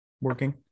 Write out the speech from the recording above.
working